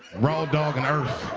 raw dogging earth.